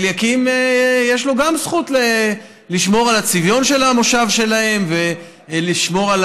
אליקים יש להם גם זכות לשמור על הצביון של המושב שלהם ולשמור על